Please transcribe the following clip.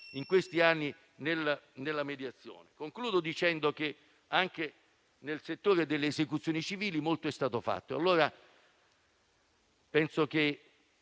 definite in mediazione. Concludo dicendo che anche nel settore delle esecuzioni civili molto è stato fatto.